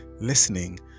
listening